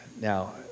Now